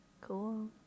Cool